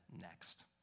next